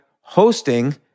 hosting